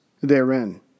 therein